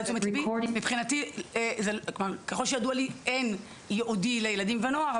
אבל ככל שידוע לי אין ייעודי לילדים ונוער,